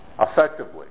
effectively